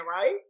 right